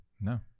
no